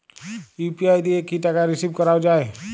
UPI দিয়ে কি টাকা রিসিভ করাও য়ায়?